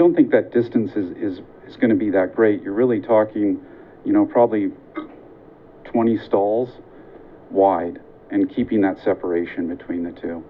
don't think that distance is going to be that great you're really talking you know probably twenty stalls wide and keeping that separation between the two